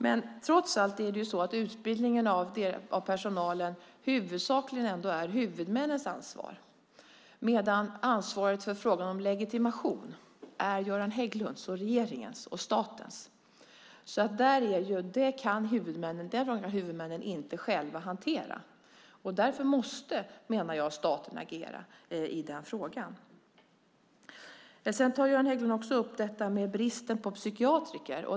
Men trots allt är ju utbildningen av personalen huvudsakligen huvudmännens ansvar, medan ansvaret för frågan om legitimation är Göran Hägglunds, regeringens och statens. Den frågan kan huvudmännen inte själva hantera. Därför måste, menar jag, staten agera i den frågan. Sedan tar Göran Hägglund också upp bristen på psykiatrer.